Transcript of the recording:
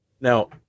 Now